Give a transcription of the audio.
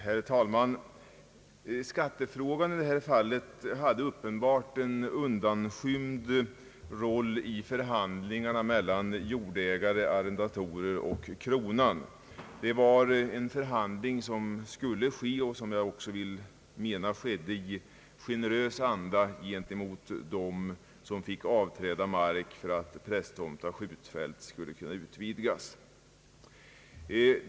Herr talman! Skattefrågan i detta fall hade uppenbart en undanskymd roll i förhandlingarna mellan jordägare, arrendatorer och staten. Det var en förhandling som skulle ske och som jag också anser skedde i en generös anda gentemot dem, som fick avträda mark för att Prästtomta skjutfält skulle kunna utvidgas.